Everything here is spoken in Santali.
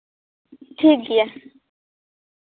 ᱴᱷᱤᱠ ᱜᱮᱭᱟ